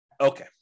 Okay